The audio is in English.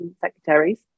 secretaries